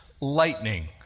lightning